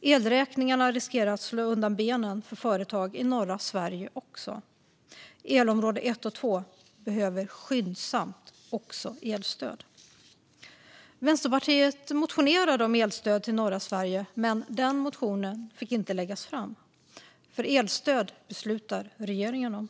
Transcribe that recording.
Elräkningarna riskerar att slå undan benen för företag i norra Sverige också. Elområde 1 och 2 behöver skyndsamt också elstöd. Vänsterpartiet ville motionera om elstöd till norra Sverige, men den motionen fick inte väckas. Elstöd beslutar nämligen regeringen om.